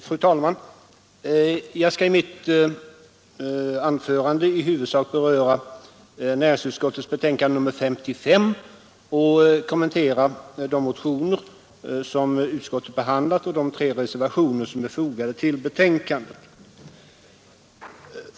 Fru talman! Jag skall i mitt anförande i huvudsak beröra näringsutskottets betänkande nr 55 och kommentera de motioner som utskottet där behandlat och de tre reservationer som är fogade till betänkandet.